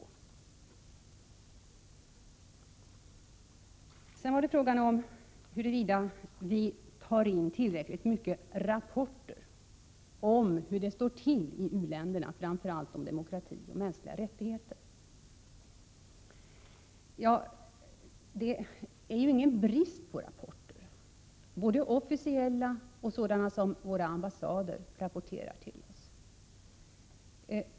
Sedan var det fråga om huruvida vi tar in tillräckligt många rapporter om hur det står till i u-länderna, framför allt när det gäller demokrati och mänskliga rättigheter. Det råder ju ingen brist på vare sig officiella rapporter eller sådana som våra ambassader lämnar till oss.